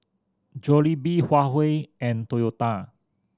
Jollibee Huawei and Toyota